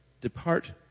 depart